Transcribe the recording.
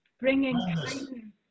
bringing